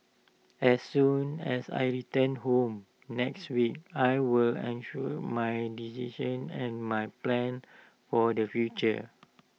as soon as I return home next week I will assure my decision and my plans for the future